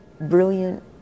brilliant